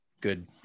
good